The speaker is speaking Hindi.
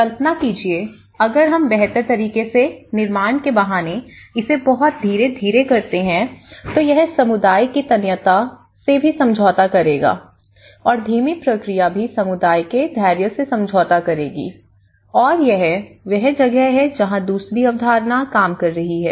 कल्पना कीजिए अगर हम बेहतर तरीके से निर्माण के बहाने इसे बहुत धीरे धीरे करते हैं तो यह समुदाय के तन्यता से भी समझौता करेगा और धीमी प्रक्रिया भी समुदाय के धैर्य से समझौता करेगी और यह वह जगह है जहां दूसरी अवधारणा काम कर रही है